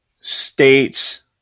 state's